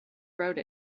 wrote